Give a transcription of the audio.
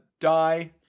die